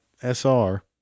SR